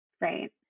Right